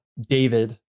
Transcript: David